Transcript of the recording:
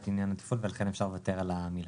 עניין התפעול ולכן אפשר לוותר על המילה.